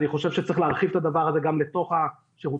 אני חושב שצריך להרחיב את הדבר הזה גם לתוך השירותים